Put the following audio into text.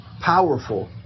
powerful